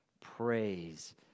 praise